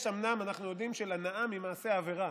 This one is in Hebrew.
יש אומנם, אנחנו יודעים, הנאה ממעשה עבירה,